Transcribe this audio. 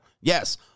Yes